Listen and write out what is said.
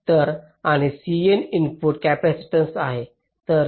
तर आणि Cin input capacitance आहे